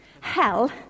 hell